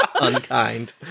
Unkind